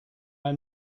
our